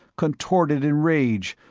contorted in rage,